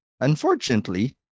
Unfortunately